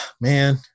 man